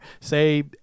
say